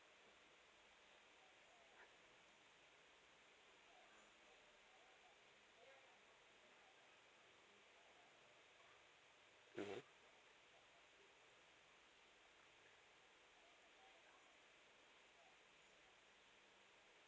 mmhmm